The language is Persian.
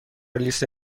لیست